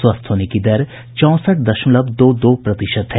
स्वस्थ होने की दर चौंसठ दशमल दो दो प्रतिशत है